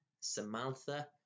Samantha